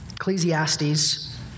Ecclesiastes